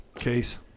case